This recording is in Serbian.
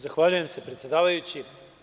Zahvaljujem se, predsedavajući.